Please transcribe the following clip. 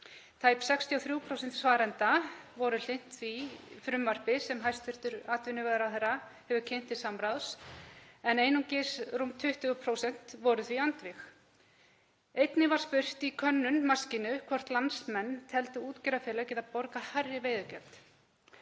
Tæp 63% svarenda voru hlynnt því frumvarpi sem hæstv. atvinnuvegaráðherra hefur kynnt til samráðs, en einungis rúm 20% voru því andvíg. Einnig var spurt í könnun Maskínu hvort landsmenn teldu útgerðarfélög geta borgað hærri veiðigjöld.